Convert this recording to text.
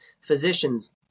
physicians